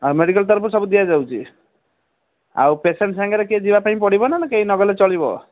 ଆଉ ମେଡ଼ିକାଲ୍ ତରଫରୁ ସବୁ ଦିଆଯାଉଛି ଆଉ ପେସେଣ୍ଟ ସାଙ୍ଗରେ କିଏ ଯିବାପାଇଁ ପଡ଼ିବ ନା କେହି ନଗଲେ ଚଳିବ